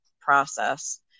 process